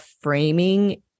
framing